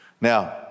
Now